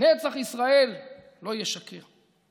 "נצח ישראל לא ישקר".